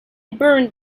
burned